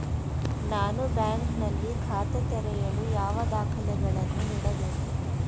ನಾನು ಬ್ಯಾಂಕ್ ನಲ್ಲಿ ಖಾತೆ ತೆರೆಯಲು ಯಾವ ದಾಖಲೆಗಳನ್ನು ನೀಡಬೇಕು?